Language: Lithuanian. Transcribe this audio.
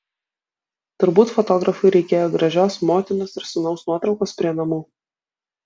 turbūt fotografui reikėjo gražios motinos ir sūnaus nuotraukos prie namų